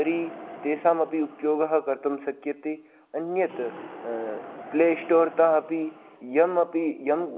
तर्हि तेषामपि उपयोगः कर्तुं शक्यते अन्यत् प्लेस्टोर्तः अपि यमपि यं